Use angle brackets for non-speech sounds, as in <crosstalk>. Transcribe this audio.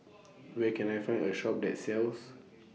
<noise> Where Can I Find A Shop that sells